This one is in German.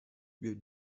über